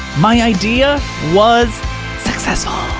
my idea was successful.